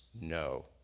no